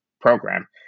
program